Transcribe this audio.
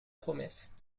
promesse